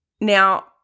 Now